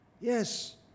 Yes